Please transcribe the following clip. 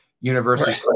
university